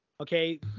Okay